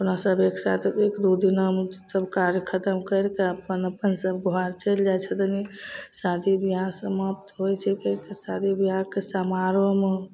अपना सभ एकसाथ एक दू दिना सभ कार्य खतम करि कऽ अपन अपन सभ घर चलि जाइत छथिन शादी बिआह समाप्त होइ छिकै शादी बिआहके समारोहमे